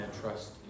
trust